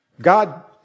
God